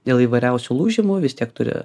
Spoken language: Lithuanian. dėl įvairiausių lūžimų vis tiek turi